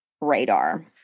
radar